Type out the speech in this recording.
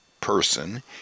person